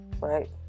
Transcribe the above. Right